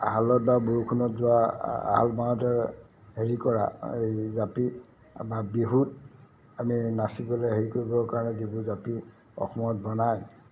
হালত বা বৰষুণত যোৱা হাল বাওঁতে হেৰি কৰা এই জাপি বা বিহুত আমি নাচিবলৈ হেৰি কৰিবৰ কাৰণে যিবোৰ জাপি অসমত বনায়